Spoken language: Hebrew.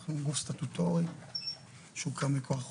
אנחנו גוף סטטוטורי שהוקם מכוח חוק.